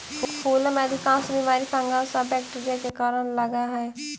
फूलों में अधिकांश बीमारी फंगस और बैक्टीरिया के कारण लगअ हई